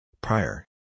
Prior